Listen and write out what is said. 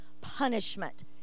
punishment